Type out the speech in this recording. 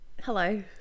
Hello